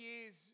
years